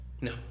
No